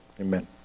amen